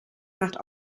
nach